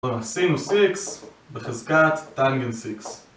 סינוס x בחזקת טנגנס x